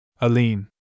Aline